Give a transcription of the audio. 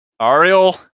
Ariel